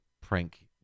prank